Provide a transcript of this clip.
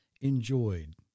enjoyed